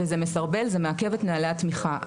זה מסרבל ומעכב את נוהלי התמיכה.